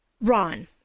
Ron